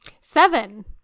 Seven